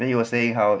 then he was saying how